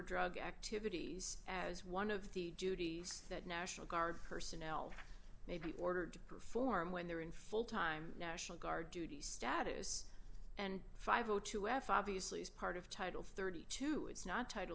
drug activities as one of the duties that national guard personnel may be ordered to perform when they're in full time national guard duty status and five o two f obviously is part of title thirty two it's not title